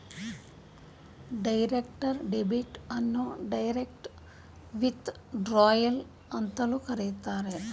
direct debit ಅನ್ನು direct withdrawal ಅಂತಲೂ ಕರೆಯುತ್ತಾರೆ